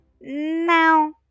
Now